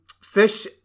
fish